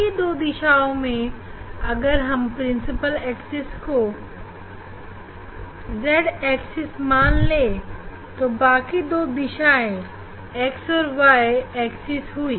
शेष 2 दिशाओं में अगर हम प्रिंसिपल एक्सिस को z एक्सिस मान ले तो बाकी दो दिशाएं x and y एक्सिस हुई